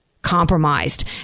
compromised